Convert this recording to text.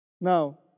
Now